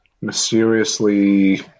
mysteriously